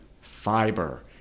fiber